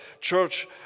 church